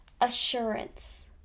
Assurance